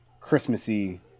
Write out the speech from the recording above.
Christmassy